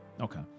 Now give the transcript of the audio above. Okay